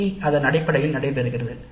CIE அதன் அடிப்படையில் நடைபெறுகிறது